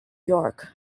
york